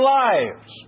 lives